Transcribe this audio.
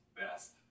best